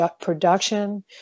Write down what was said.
production